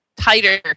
tighter